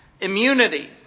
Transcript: immunity